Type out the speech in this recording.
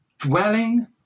Dwelling